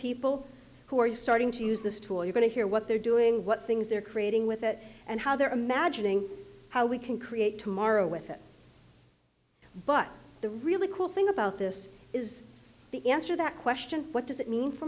people who are you starting to use this tool you going to hear what they're doing what things they're creating with it and how they're imagining how we can create tomorrow with it but the really cool thing about this is the answer that question what does it mean for